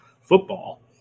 football